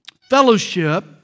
Fellowship